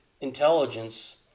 intelligence